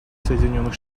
соединенных